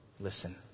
listen